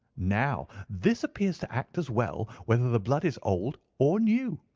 now, this appears to act as well whether the blood is old or new.